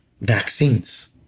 vaccines